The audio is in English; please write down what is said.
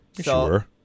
sure